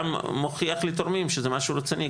גם מוכיח לתורמים שזה משהו רציני.